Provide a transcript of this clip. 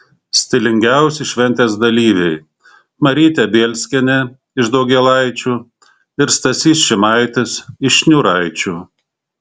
stilingiausi šventės dalyviai marytė bielskienė iš daugėlaičių ir stasys šimaitis iš šniūraičių